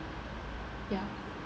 ya